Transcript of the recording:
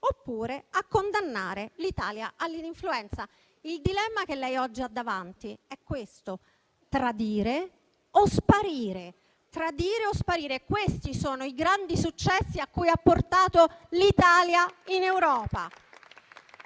oppure a condannare l'Italia all'ininfluenza. Il dilemma che lei oggi ha davanti è questo: tradire o sparire. Questi sono i grandi successi a cui ha portato l'Italia in Europa.